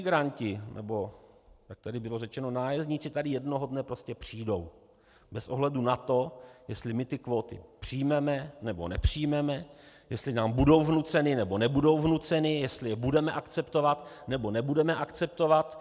Imigranti, nebo jak tady bylo řečeno nájezdníci, tady jednoho dne prostě přijdou bez ohledu na to, jestli kvóty přijmeme, nebo nepřijmeme, jestli nám budou vnuceny, nebo nebudou vnuceny, jestli je budeme akceptovat, nebo nebudeme akceptovat.